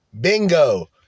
Bingo